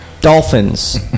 Dolphins